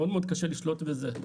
מאוד קשה לשלוט בזה.